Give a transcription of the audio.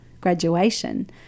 graduation